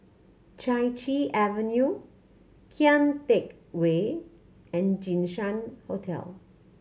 Chai Chee Avenue Kian Teck Way and Jinshan Hotel